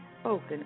spoken